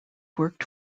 worked